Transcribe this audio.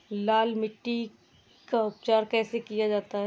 लाल मिट्टी का उपचार कैसे किया जाता है?